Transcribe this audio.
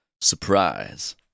Surprise